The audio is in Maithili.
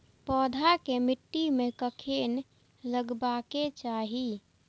पौधा के मिट्टी में कखेन लगबाके चाहि?